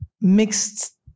mixed